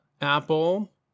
Apple